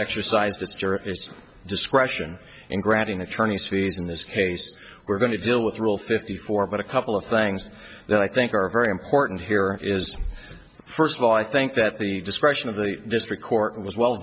exercised just your discretion in granting attorneys to use in this case we're going to deal with rule fifty four but a couple of things that i think are very important here is first of all i think that the discretion of the district court was well